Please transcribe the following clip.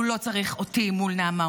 הוא לא צריך אותי מול נעמה,